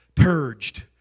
purged